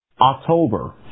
October